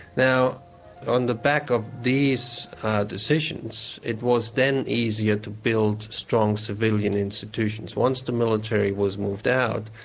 now on the back of these decisions it was then easier to build strong civilian institutions once the military was moved out,